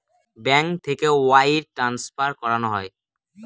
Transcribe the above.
bank থেকে wire transfer করানো হয়